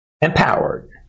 empowered